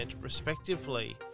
respectively